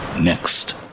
next